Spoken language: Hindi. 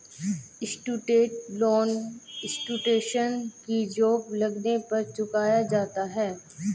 स्टूडेंट लोन स्टूडेंट्स की जॉब लगने पर चुकाया जाता है